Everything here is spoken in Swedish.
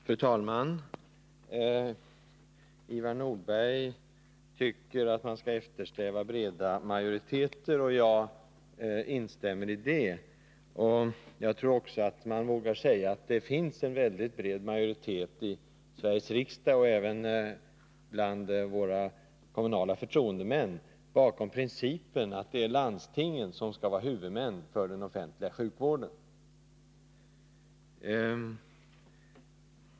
Fru talman! Ivar Nordberg tycker att man skall eftersträva breda majoriteter, och jag instämmer i det. Jag tror också att man vågar säga att det finns en bred majoritet i Sveriges riksdag och även bland våra kommunala förtroendemän bakom principen att det är landstingen som skall vara huvudmän för den offentliga sjukvården.